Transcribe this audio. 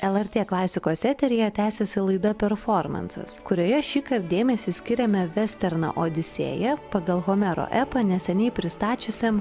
lrt klasikos eteryje tęsiasi laida performansas kurioje šįkart dėmesį skiriame vesterno odisėja pagal homero epą neseniai pristačiusiam